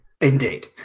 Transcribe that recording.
Indeed